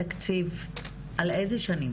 כ-30 נשים זרות משולבות מדי שנה,